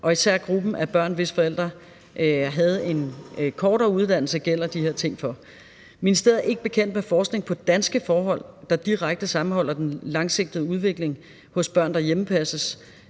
især gruppen af børn, hvis forældre havde en kortere uddannelse, gælder de her ting for. Ministeriet er ikke bekendt med forskning om danske forhold, der direkte sammenholder den langsigtede udvikling hos børn, der hjemmepasses,